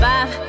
Five